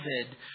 David